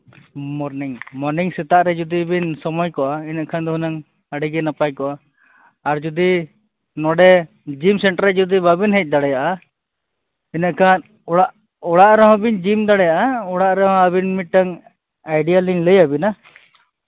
morning morning ᱥᱮᱛᱟᱜ ᱨᱮ ᱡᱩᱫᱤ ᱵᱤᱱ ᱥᱚᱢᱚᱭ ᱠᱚᱜᱼᱟ ᱤᱱᱟᱹ ᱠᱷᱟᱱ ᱫᱚ ᱦᱩᱱᱟᱹᱝ ᱟᱹᱰᱤ ᱜᱮ ᱱᱟᱯᱟᱭ ᱠᱚᱜᱼᱟ ᱟᱨ ᱡᱩᱫᱤ ᱱᱚᱰᱮ ᱡᱤᱢ ᱥᱮᱱᱴᱟᱨ ᱨᱮ ᱡᱩᱫᱤ ᱵᱟᱵᱤᱱ ᱦᱮᱡ ᱫᱟᱲᱮᱭᱟᱜᱼᱟ ᱤᱱᱟᱹ ᱠᱷᱟᱱ ᱚᱲᱟᱜ ᱚᱲᱟᱜ ᱨᱮ ᱦᱚᱸ ᱵᱤᱱ ᱡᱤᱢ ᱫᱟᱲᱮᱭᱟᱜᱼᱟ ᱚᱲᱟᱜ ᱨᱮ ᱦᱚᱸ ᱟᱹᱵᱤᱱ ᱢᱤᱫᱴᱟᱱ ᱟᱭᱰᱤᱭᱟ ᱞᱤᱧ ᱞᱟᱹᱭ ᱟᱹᱵᱤᱱᱟ